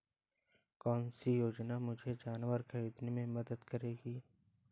कौन सी योजना मुझे जानवर ख़रीदने में मदद करेगी?